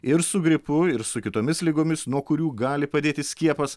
ir su gripu ir su kitomis ligomis nuo kurių gali padėti skiepas